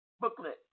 booklet